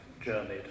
journeyed